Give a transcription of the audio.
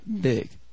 big